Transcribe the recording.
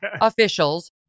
officials